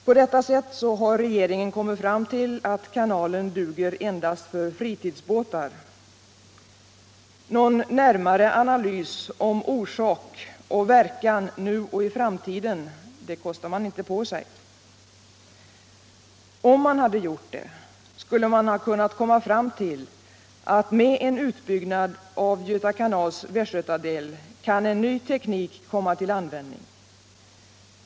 På detta sätt har regeringen kommit fram till att kanalen duger endast för fritidsbåtar. Någon närmare analys av orsak och verkan nu och i framtiden kostar man inte på sig. Om man hade gjort det, skulle man ha kunnat komma fram till att med en utbyggnad av Göta kanals Västgötadel kan en ny teknik komma till användning.